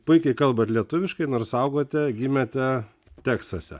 puikiai kalbat lietuviškai nors augote gimėte teksase